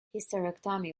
hysterectomy